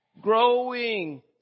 Growing